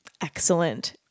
excellent